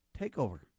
takeover